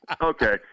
Okay